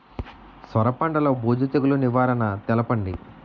సొర పంటలో బూజు తెగులు నివారణ తెలపండి?